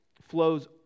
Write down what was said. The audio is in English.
flows